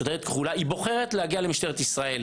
שוטרת כחולה בוחרת להגיע למשטרת ישראל